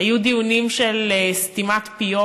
היו דיונים של סתימת פיות,